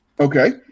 Okay